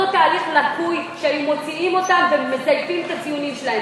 תהליך לקוי שהיו מוציאים אותם ומזייפים את הציונים שלהם.